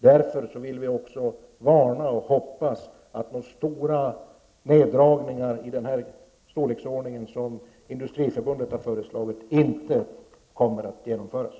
Därför vill vi också varna för neddragningar i den storleksordning som Industriförbundet har föreslagit -- vi hoppas att de inte kommer att genomföras.